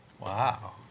Wow